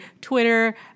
Twitter